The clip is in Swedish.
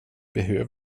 behöver